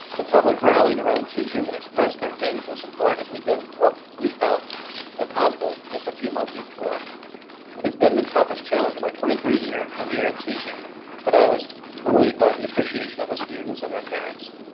the public rallied around teachers and express their things and support as we did what we felt impossible just a few months before it has been the toughest challenge in my twenty three year career in teaching but i was bullied by the appreciation of the students and their parents,